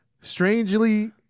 strangely